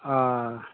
अ